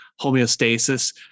homeostasis